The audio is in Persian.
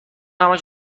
همش